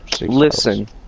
listen